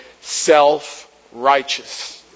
self-righteous